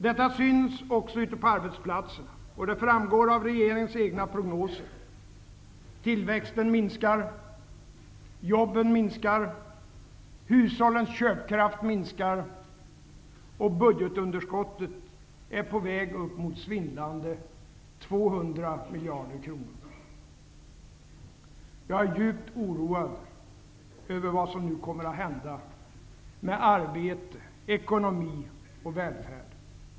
Detta syns också ute på arbetsplatserna, och det framgår av regeringens egna prognoser. Tillväxten minskar, jobben minskar, hushållens köpkraft minskar, och budgetunderskottet är på väg mot svindlande 200 miljarder kronor. Jag är djupt oroad över vad som nu kommer att hända med arbete, ekonomi och välfärd.